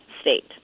state